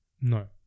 No